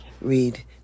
read